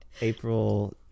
April